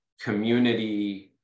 community